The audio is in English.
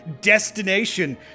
Destination